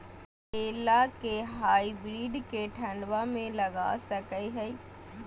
करेला के हाइब्रिड के ठंडवा मे लगा सकय हैय?